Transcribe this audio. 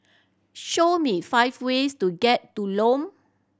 show me five ways to get to Lome